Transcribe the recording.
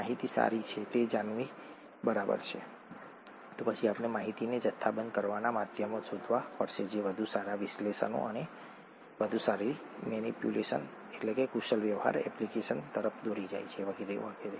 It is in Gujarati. માહિતી સારી છે તે જાણવું બરાબર છે તો પછી આપણે માહિતીને જથ્થાબંધ કરવાના માધ્યમો શોધવા પડશે જે વધુ સારા વિશ્લેષણ અને વધુ સારી મેનીપ્યુલેશનકુશલ વ્યવહાર એપ્લિકેશન તરફ દોરી જાય છે વગેરે વગેરે